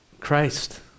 Christ